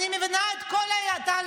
אני מבינה את כל התהליכים,